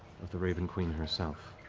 of the raven queen herself.